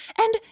And